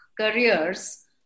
careers